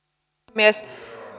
puhemies